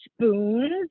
spoons